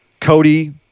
Cody